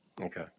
Okay